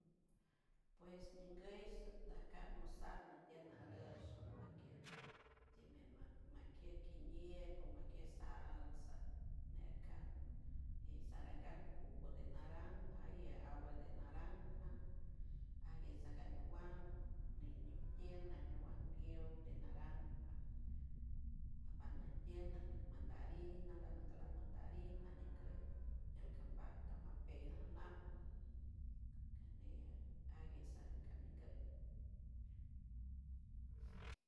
Pues ñeingueyso arcarmusar neatied naraush nakiet kimiñiayt makietkañeit kiend makien salsa ñeacat nassa rangaj jugo de naranja y agua de naranja agas eagaña owuau ñeit ni kien naynowan liou de naranja apañakiet ñeinga mandarina leangan na mandarina ñeingay tiaycanbay kamapelajelanap caneyay aguesaraneiden